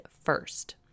first